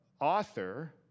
author